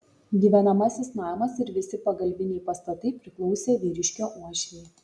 gyvenamasis namas ir visi pagalbiniai pastatai priklausė vyriškio uošvei